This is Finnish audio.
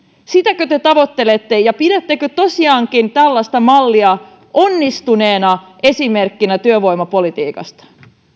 sitäkö te tavoittelette ja pidättekö tosiaankin tällaista mallia onnistuneena esimerkkinä työvoimapolitiikasta